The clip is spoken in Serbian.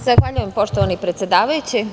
Zahvaljujem, poštovani predsedavajući.